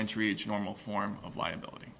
entry to normal form of liability